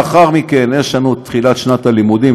לאחר מכן יש לנו תחילת שנת הלימודים,